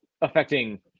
affecting